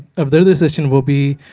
of their decision will be